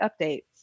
updates